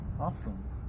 Awesome